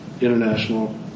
International